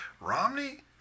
Romney